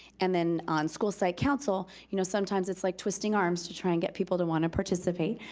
and then on school site council, you know sometimes it's like twisting arms to try and get people to wanna participate,